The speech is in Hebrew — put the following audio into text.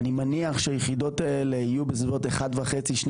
אני מניח שהיחידות אלה יהיו בסביבות BCM1.5 2,